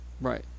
Right